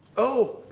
oh,